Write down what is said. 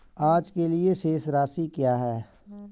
आज के लिए शेष राशि क्या है?